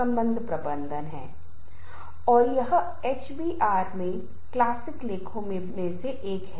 संचार को बढ़ावा देना और सक्रिय संचार काउंटर काम पर समूहों को रखने के तरीके हैं